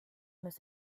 los